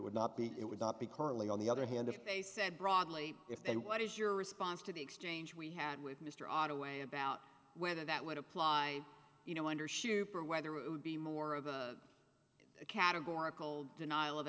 would not be it would not be currently on the other hand if they said broadly if then what is your response to the exchange we had with mr ottaway about whether that would apply you know under shoop or whether it would be more of a categorical denial of